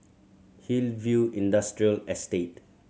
Hillview Industrial Estate